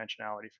dimensionality